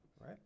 right